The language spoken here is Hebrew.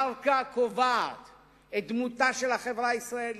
קרקע קובעת את דמותה של החברה הישראלית,